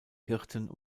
hirten